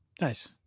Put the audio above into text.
Nice